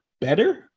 better